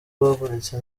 wavunitse